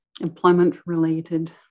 employment-related